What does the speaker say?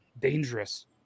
dangerous